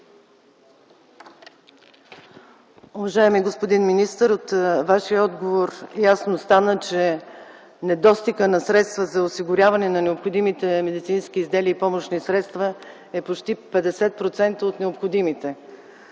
Уважаеми господин министър, от Вашия отговор стана ясно, че недостигът на средства за осигуряване на необходимите медицински изделия и помощни средства е почти 50% от необходимите.